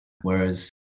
whereas